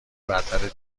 برتر